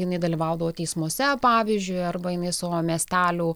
jinai dalyvaudavo teismuose pavyzdžiui arba jinai savo miestelių